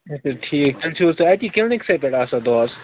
اچھا ٹھیٖک تیٚلہِ چھو حظ تُہۍ اَتی کٔلنِکسٕے پیٹھ آسان دۄہس